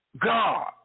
God